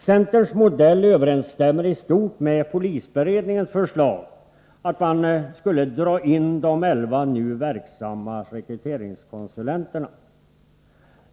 Centerns modell överensstämmer i stort med polisberedningens förslag att man skall dra in de elva nu verksamma rekryteringskonsulenterna.